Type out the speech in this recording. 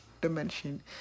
dimension